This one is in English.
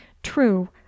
True